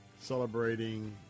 celebrating